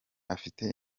afite